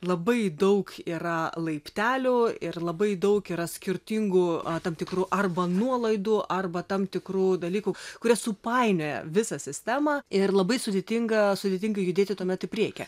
labai daug yra laiptelių ir labai daug yra skirtingų tam tikrų arba nuolaidų arba tam tikrų dalykų kurie supainioja visą sistemą ir labai sudėtinga sudėtinga judėti tuomet į priekį